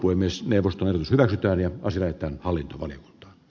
ui myös neuvoston välitön ja asia että hallintomalli b